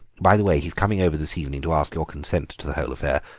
by the way, he's coming over this evening to ask your consent to the whole affair.